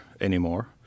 anymore